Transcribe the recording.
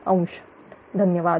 64° धन्यवाद